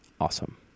awesome